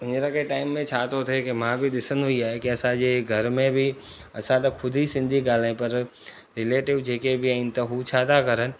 हींअर कंहिं टाइम में छातो थिए की मां बि ॾिसंदो ई आहियां की असांजे घर में बि असां त खुदि ई सिंधी ॻाल्हायूं पर रिलेटिव जेके बि आहिनि हू छा था करनि